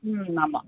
ம் ஆமாம்